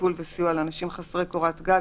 טיפול וסיוע לאנשים חסרי קורת גג,